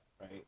right